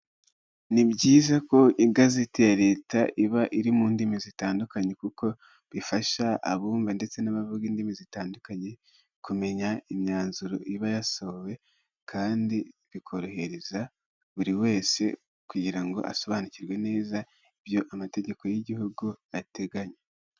Ni byiza ko igazeti ya Leta iba iri mu ndimi zitandukanye kuko bifasha abumva ndetse n'abavuga indimi zitandukanye, kumenya imyanzuro iba yasohowe kandi bikorohereza buri wese kugira ngo asobanukirwe neza ibyo amategeko y'Igihugu ateganya.